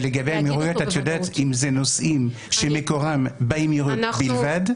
לגבי האמירויות את יודעת אם אלה נוסעים שמקורם באמירויות בלבד?